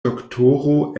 doktoro